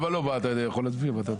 רוצה להצביע נגד ההסתייגות שלך?